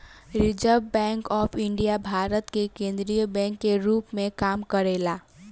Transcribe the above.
reserve bank of India Bharat के केंद्रीय bank के रूप में काम करेला